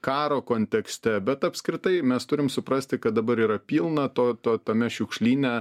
karo kontekste bet apskritai mes turim suprasti kad dabar yra pilna to to tame šiukšlyne